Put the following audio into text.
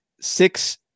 six